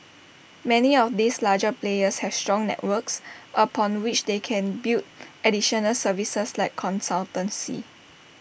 many of these larger players have strong networks upon which they can build additional services like consultancy